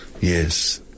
Yes